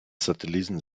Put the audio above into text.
satelliten